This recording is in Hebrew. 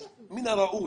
אז מן הראוי,